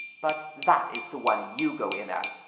but that is the one you go in at,